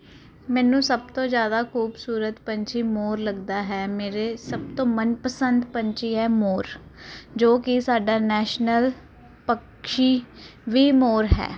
ਮੈਨੂੰ ਸਭ ਤੋਂ ਜਿਆਦਾ ਖੂਬਸੂਰਤ ਪੰਛੀ ਮੋਰ ਲੱਗਦਾ ਹੈ ਮੇਰੇ ਸਭ ਤੋਂ ਮਨ ਪਸੰਦ ਪੰਛੀ ਹੈ ਮੋਰ ਜੋ ਕਿ ਸਾਡਾ ਨੈਸ਼ਨਲ ਪੱਕਸ਼ੀ ਵੀ ਮੋਰ ਹੈ